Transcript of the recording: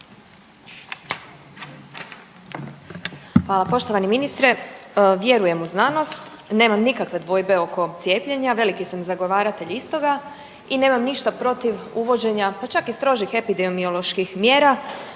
Hvala. Poštovani ministre vjerujem u znanost, nemam nikakve dvojbe oko cijepljenja, veliki sam zagovaratelj istoga i nemam ništa protiv uvođenja pa čak i strožih epidemioloških mjera